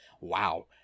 wow